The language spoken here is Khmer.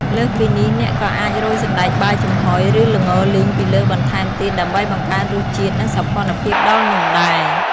លើសពីនេះ អ្នកក៏អាចរោយសណ្ដែកបាយចំហុយ ឬល្ងលីងពីលើបន្ថែមទៀត ដើម្បីបង្កើនរសជាតិ និងសោភ័ណភាពដល់នំដែរ។